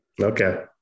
Okay